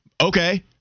Okay